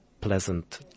pleasant